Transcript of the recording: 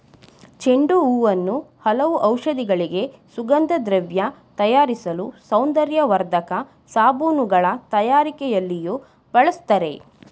ಚೆಂಡು ಹೂವನ್ನು ಹಲವು ಔಷಧಿಗಳಿಗೆ, ಸುಗಂಧದ್ರವ್ಯ ತಯಾರಿಸಲು, ಸೌಂದರ್ಯವರ್ಧಕ ಸಾಬೂನುಗಳ ತಯಾರಿಕೆಯಲ್ಲಿಯೂ ಬಳ್ಸತ್ತರೆ